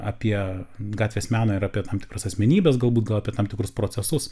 apie gatvės meną ir apie tam tikras asmenybes galbūt apie tam tikrus procesus